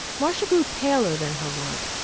marcia grew paler than her wont,